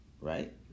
Right